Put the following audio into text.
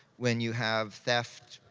when you have theft,